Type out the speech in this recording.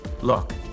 Look